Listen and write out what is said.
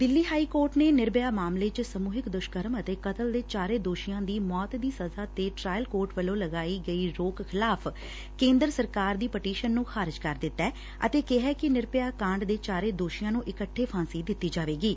Delhi high court ਨੇ ਨਿਰਭਿਆ ਮਾਮਲੇ ਚ ਸਮੁਹਿਕ ਦੁਸ਼ਕਰਮ ਅਤੇ ਕਤਲ ਦੇ ਚਾਰੇ ਦੋਸ਼ੀਆਂ ਦੀ ਮੌਤ ਦੀ ਸਜ਼ਾ ਤੇ ਟਰਾਇਲ ਕੋਰਟ ਵੱਲੋ ਲਗਾਈ ਗਈ ਰੋਕ ਖਿਲਾਫ਼ ਕੇਂਦਰ ਸਰਕਾਰ ਦੀ ਪਟੀਸ਼ਨ ਨੂੰ ਖਾਰਜ਼ ਕਰ ਦਿੱਤੈ ਅਤੇ ਕਿਹੈ ਕਿ ਨਿਰਭਿਆ ਕਾਂਡ ਦੇ ਚਾਰੇ ਦੋਸ਼ੀਆਂ ਨੂੰ ਇਕੱਠੇ ਫਾਸੀ ਦਿੱਤੀ ਜਾਵੇਗੀ